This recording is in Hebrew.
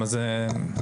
יש.